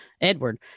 Edward